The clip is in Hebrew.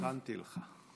הכנתי לך.